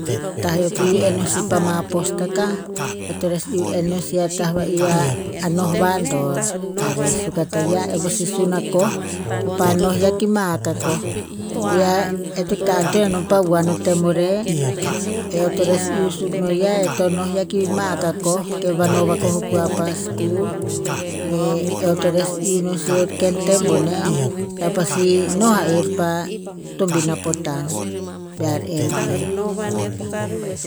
Tah eo to iuh enn no sih pa ma postakah, eo to iuh enn no sih a ta va'i a noh va dor, a ress. Suk a taiah, eh pasi sun akoh, kepa noh ya ki mahak akoh. Pi a, eh to ikta antoen non pa vuan o tem o reh. Eo to nes iuh suk nos ya, eh to noh ya ki mahak akoh, ke pa vano vakoh o kua pa skul. E- eo to nes iuh non sih o ken tem boneh, ear pasi noh arer pa tombina potan. Bear enn err.